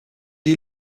die